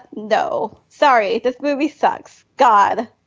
though. sorry. this movie sucks god